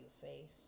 face